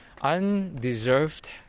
undeserved